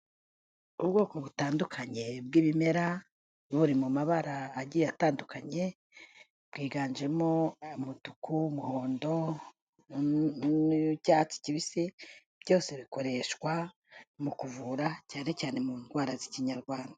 Ubwoko butandukanye bw'ibimera, buri mu mabara agiye atandukanye, bwiganjemo umutuku, umuhondo n'icyatsi kibisi, byose bikoreshwa mu kuvura cyane cyane mu ndwara z'ikinyarwanda.